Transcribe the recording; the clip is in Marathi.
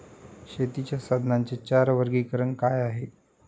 शेतीच्या साधनांचे चार वर्गीकरण काय आहे?